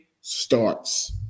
starts